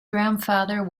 grandfather